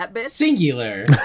singular